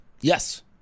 yes